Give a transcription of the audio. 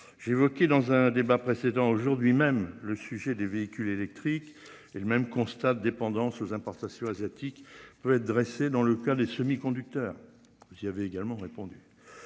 évoqué dans un débat précédent aujourd'hui même le sujet des véhicules électriques et le même constat de dépendance aux importations asiatiques pourraient être dressée dans le cas des semi-conducteurs. Avait également répondu.